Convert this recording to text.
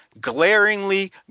glaringly